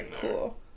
cool